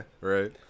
right